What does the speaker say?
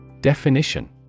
Definition